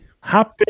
Happy